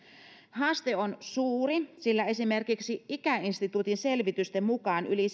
haaste on suuri sillä esimerkiksi ikäinstituutin selvitysten mukaan yli